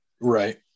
Right